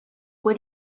what